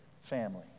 family